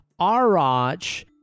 Arach